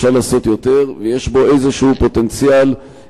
אפשרות לעצמאים להפקיד תשלומים של חלף פיצויי פיטורין לקופת פיצויים.